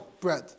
bread